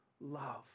love